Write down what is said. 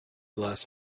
last